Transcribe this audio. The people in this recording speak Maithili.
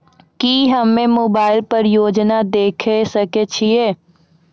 की हम्मे मोबाइल पर योजना देखय सकय छियै?